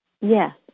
Yes